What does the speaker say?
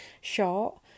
short